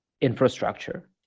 infrastructure